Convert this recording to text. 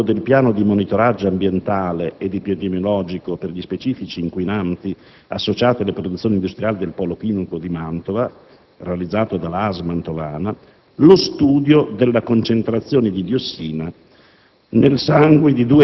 ha prodotto, nell'ambito del «Piano di monitoraggio ambientale ed epidemiologico per gli specifici inquinanti associati alle produzioni industriali del polo chimico di Mantova» realizzato dalla ASL mantovana, lo «Studio della concentrazione di diossina